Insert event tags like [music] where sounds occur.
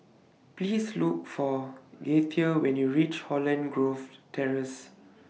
Please Look For Gaither when YOU REACH Holland Grove Terrace [noise]